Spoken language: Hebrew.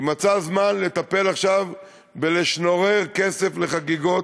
היא מצאה זמן לטפל עכשיו בלשנורר כסף לחגיגות.